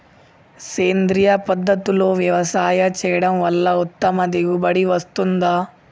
సేంద్రీయ పద్ధతుల్లో వ్యవసాయం చేయడం వల్ల ఉత్తమ దిగుబడి వస్తుందా?